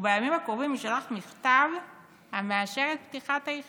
ובימים הקרובים יישלח מכתב המאשר את פתיחתה של היחידה.